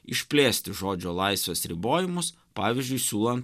išplėsti žodžio laisvės ribojimus pavyzdžiui siūlant